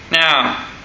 Now